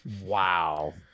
Wow